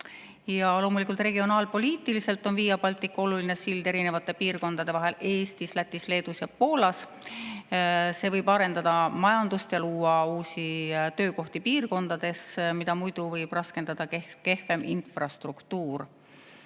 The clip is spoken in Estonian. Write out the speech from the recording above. loomulikult, regionaalpoliitiliselt on Via Baltica oluline sild eri piirkondade vahel Eestis, Lätis, Leedus ja Poolas. See võib arendada majandust ja luua uusi töökohti piirkondades, kus seda võib muidu raskendada kehvem infrastruktuur.